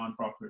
nonprofit